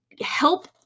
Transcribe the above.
help